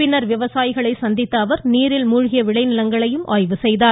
பின்னர் விவசாயிகளை சந்தித்த அவர் நீரில் மூழ்கிய விளை நிலங்களையும் ஆய்வு செய்தார்